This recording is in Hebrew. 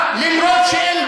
בטכניון, איזו אפליה.